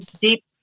deep